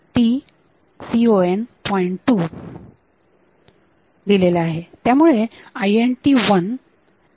2 त्यामुळे INT1 edge triggered होईल